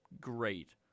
great